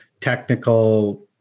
technical